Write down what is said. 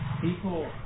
People